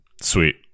Sweet